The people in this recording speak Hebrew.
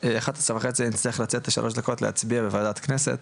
ב-11:30 אני אצטרך לצאת לשלוש דקות להצביע בוועדת הכנסת,